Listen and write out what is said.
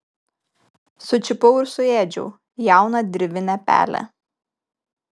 sučiupau ir suėdžiau jauną dirvinę pelę